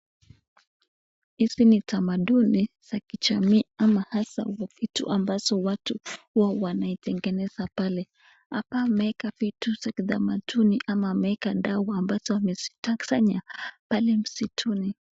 Hizi ni tamaduni za kijamii ama hasa vitu ambazo watu huwa wanatengeneza pale. Hapa wameweka vitu za kitamaduni ama wameweka dawa ambazo wamezitafuta, wamezikusanya pale msituni.